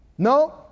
No